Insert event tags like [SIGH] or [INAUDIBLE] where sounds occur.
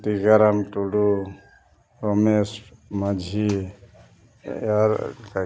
Tikaram Tudu Ramesh Majhi ᱟᱨ [UNINTELLIGIBLE]